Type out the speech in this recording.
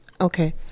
Okay